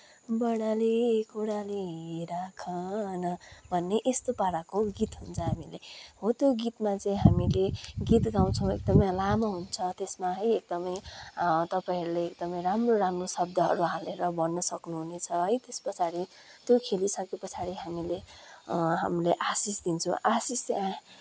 बढारी कुढारी राखन भन्ने यस्तो पाराको गीत हुन्छ हामीले हो त्यो गीतमा चाहिँ हामीले गीत गाउछौँ एकदमै लामो हुन्छ त्यसमा है एकदमै तपाईँहरूले एकदमै राम्रो राम्रो शब्दहरू हालेर भन्न सक्नुहुनेछ है त्यस पछाडि त्यो खेलिसके पछाडि हामीले हामीले आशीष दिन्छौँ आशीष चाहिँ